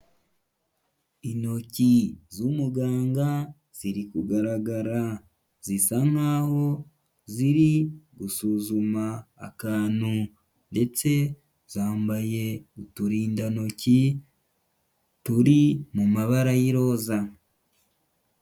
Intoki z'umuganga ziri kugaragara zisa nkaho ziri gusuzuma akantu ndetse zambaye uturindantoki turi mu mabara y'iroza.